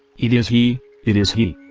it is he it is he!